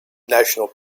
national